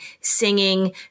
singing